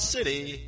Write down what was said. City